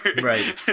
right